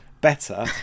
better